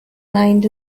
mined